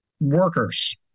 workers